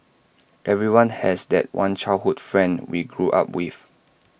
everyone has that one childhood friend we grew up with